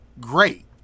great